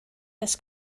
this